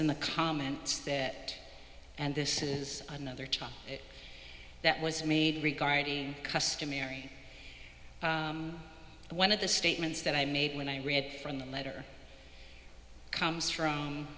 in the comments that and this is another charge that was made regarding customary one of the statements that i made when i read from the letter comes from